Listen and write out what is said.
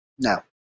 no